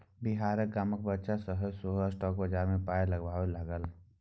बिहारक गामक बच्चा सभ सेहो स्टॉक बजार मे पाय लगबै लागल